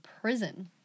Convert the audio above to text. prison